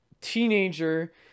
teenager